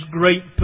great